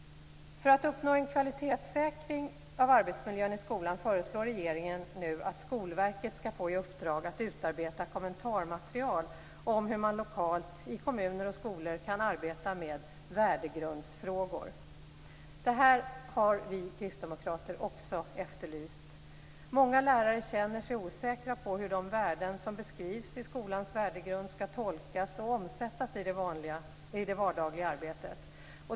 För att uppnå en kvalitetssäkring av arbetsmiljön i skolan föreslår regeringen nu att Skolverket skall få i uppdrag att utarbeta kommentarmaterial om hur man lokalt i kommuner och skolor kan arbeta med värdegrundsfrågor. Det här har vi kristdemokrater också efterlyst. Många lärare känner sig osäkra på hur de värden som beskrivs i skolans värdegrund skall tolkas och omsättas i det vardagliga arbetet.